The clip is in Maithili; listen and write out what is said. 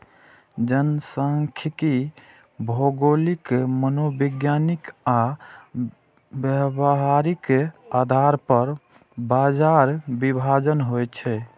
जनखांख्यिकी भौगोलिक, मनोवैज्ञानिक आ व्यावहारिक आधार पर बाजार विभाजन होइ छै